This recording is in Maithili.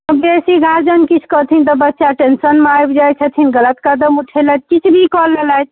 तऽ बेसी गार्जियन किछु कहथिन तऽ बच्चा टेँशनमे आबि जाइत छथिन गलत कदम ऊठेलथि किछु भी कऽ लेलथि